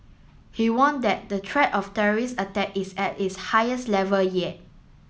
he warned that the threat of terrorist attack is at its highest level yet